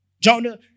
Jonah